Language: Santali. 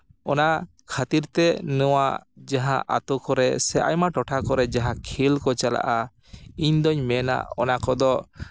ᱚᱱᱟ ᱠᱷᱟᱹᱛᱤᱨ ᱛᱮ ᱱᱚᱣᱟ ᱡᱟᱦᱟᱸ ᱟᱛᱳ ᱠᱚᱨᱮ ᱥᱮ ᱟᱭᱢᱟ ᱴᱚᱴᱷᱟ ᱠᱚᱨᱮ ᱡᱟᱦᱟᱸ ᱠᱷᱮᱞ ᱠᱚ ᱪᱟᱞᱟᱜᱼᱟ ᱤᱧ ᱫᱚᱧ ᱢᱮᱱᱟ ᱚᱱᱟ ᱠᱚᱫᱚ